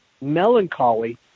melancholy